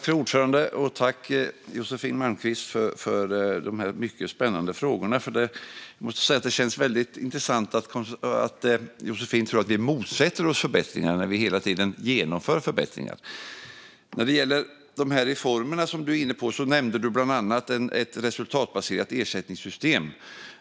Fru talman! Tack, Josefin Malmqvist, för dessa mycket spännande frågor! Det känns väldigt intressant att du, Josefin, tror att vi motsätter oss förbättringar när vi hela tiden genomför förbättringar. Du var inne på några reformer och nämnde bland annat ett resultatbase-rat ersättningssystem.